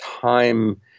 time